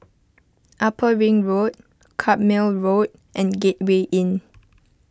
Upper Ring Road Carpmael Road and Gateway Inn